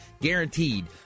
guaranteed